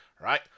Right